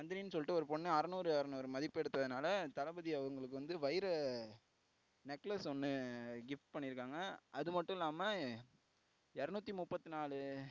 நந்தினின்னு சொல்லிட்டு ஒரு பொண்ணு அறுநூறுக்கு அறுநூறு மதிப்பு எடுத்ததுனால் தளபதி அவங்களுக்கு வந்து வைர நெக்லஸ் ஒன்று கிஃப்ட் பண்ணியிருக்காங்க அது மட்டும் இல்லாமல் இரநூத்தி முப்பத்தி நாலு